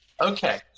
Okay